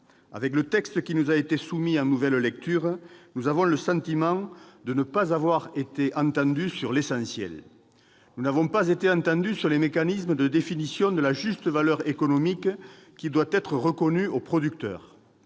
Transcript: le texte qui nous a été soumis en nouvelle lecture, nous avons le sentiment de ne pas avoir été entendus sur l'essentiel. Nous n'avons pas été entendus sur les mécanismes de définition de la juste valeur économique qui doit être reconnue aux producteurs.